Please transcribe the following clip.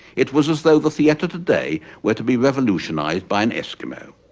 it was as though the theater today were to be revolutionized by an eskimo.